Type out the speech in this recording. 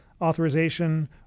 authorization